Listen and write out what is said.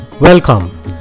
Welcome